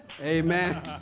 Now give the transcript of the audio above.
Amen